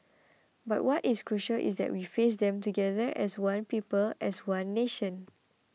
but what is crucial is that we face them together as one people as one nation